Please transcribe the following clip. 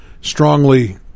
strongly